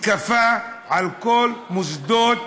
מתקפה על כל מוסדות